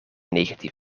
negatief